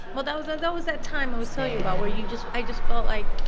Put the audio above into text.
well, that was ah that was that time i was telling you about where you just i just felt like.